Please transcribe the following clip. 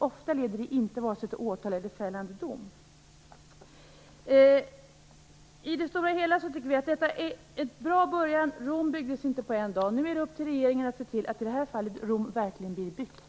Ofta leder de inte till vare sig åtal eller fällande dom. I det stora hela tycker vi att detta är en bra början. Rom byggdes inte på en dag. Nu är det upp till regeringen att se till att Rom verkligen blir byggt.